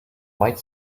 might